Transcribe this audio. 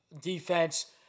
defense